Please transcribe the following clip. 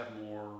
more